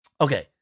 okay